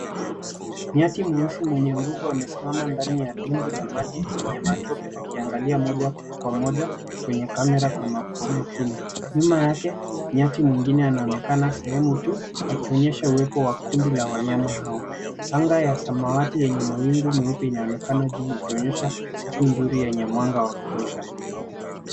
Nyati mweusi mwenye nguvu amesimama ndani ya bingu la maji yenye matope akiangalia moja kwa moja kwenye camera kwa umakini. Nyuma yake nyati mwingine anaonekana sehemu tu ya akionyesha uwepo wa kundi la wanyama hawa. Anga ya samawati yenye mawingu meupe inaonekana juu ikionyesha siku nzuri yenye mwanga wa kutosha.